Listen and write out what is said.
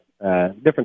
different